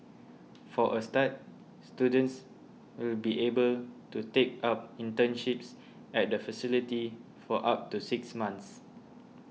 for a start students will be able to take up internships at the facility for up to six months